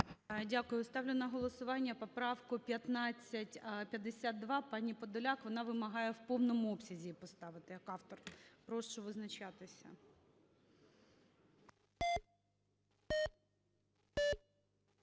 Дякую. Ставлю на голосування поправку 1552 пані Подоляк, вона вимагає в повному обсязі її поставити як автор. Прошу визначатися.